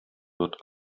wird